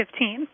2015